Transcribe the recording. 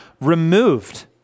removed